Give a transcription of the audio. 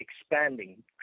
expanding